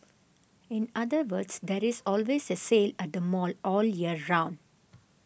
in other words there is always a sale at the mall all year round